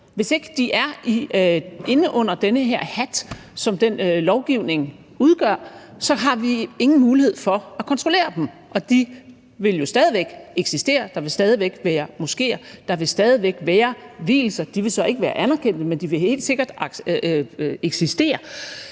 Hvis de ikke er inde under den her hat, som den lovgivning udgør, så har vi ingen mulighed for at kontrollere dem, og de vil jo stadig eksistere. Der vil stadig være moskeer. Der vil stadig være vielser. De vil så ikke være anerkendte, men de vil helt sikkert eksistere.